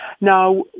Now